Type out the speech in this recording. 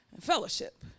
Fellowship